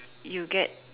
you get